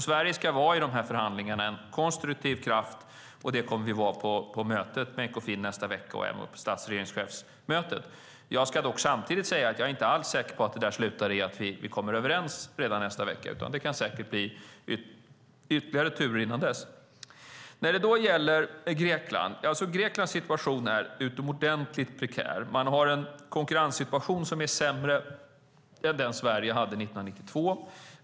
Sverige ska vara en konstruktiv kraft i de här förhandlingarna, och det kommer vi att vara på mötet i Ekofin i nästa vecka och även på stats och regeringschefsmötet. Jag ska dock samtidigt säga att jag inte alls är säker på att detta slutar i att vi kommer överens redan i nästa vecka, utan det kan säkert blir ytterligare turer innan dess. Greklands situation är utomordentligt prekär. Man har en konkurrenssituation som är sämre än den Sverige hade 1992.